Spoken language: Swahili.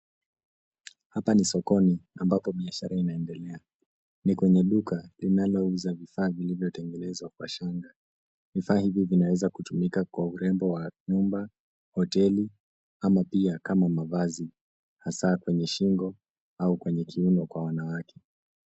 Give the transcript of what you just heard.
Hapa ni sokoni ambapo biashara inaendelea. Ni kwenye duka linalouza vifaa vilivyotengenezwa kwa shanga .Vifaa hivi vinaweza kutumika kwa urembo wa nyumba , hoteli ama pia kama mavazi , hasa kwenye shingo au kwenye kiuno kwa wanawake.